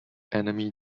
enemy